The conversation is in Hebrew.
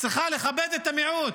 היא צריכה לכבד את המיעוט,